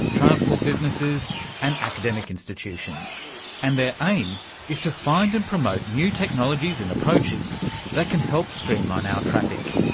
transport businesses and academic institutions and their aim is to find and promote new technologies and approaches that can help streamline our traffic.